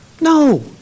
No